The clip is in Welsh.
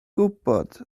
gwybod